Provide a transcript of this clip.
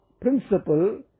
principle